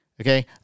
Okay